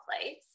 place